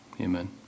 amen